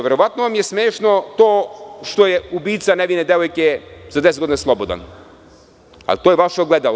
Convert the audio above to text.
Verovatno vam je smešno to što je ubica nevine devojke za 10 godina slobodan, ali to je vaše ogledalo.